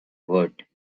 wood